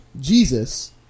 Jesus